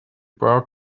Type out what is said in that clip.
bar